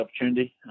opportunity